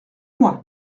moi